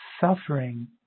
suffering